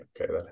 Okay